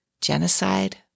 Genocide